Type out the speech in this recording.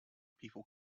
people